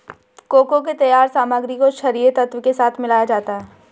cocoa के तैयार सामग्री को छरिये तत्व के साथ मिलाया जाता है